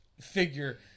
figure